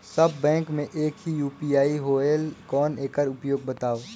सब bank मे एक ही यू.पी.आई होएल कौन एकर उपयोग बताव?